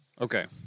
okay